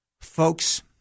Folks